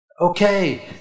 okay